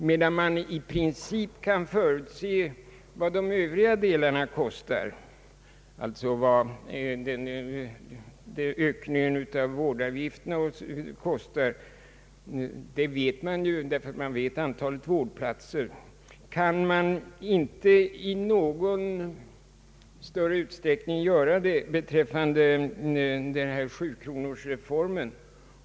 Medan man i princip kan förutse vad ökningen av vårdutgifterna kostar — det vet man därför att man känner till antalet vårdplatser — kan man inte i någon större utsträckning göra det beträffande »sjukronorsreformen».